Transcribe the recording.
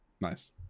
nice